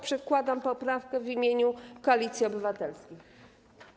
Przedkładam poprawkę w imieniu Koalicji Obywatelskiej.